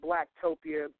Blacktopia